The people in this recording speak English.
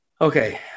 Okay